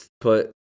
put